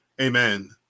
amen